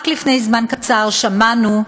רק לפני זמן קצר שמענו,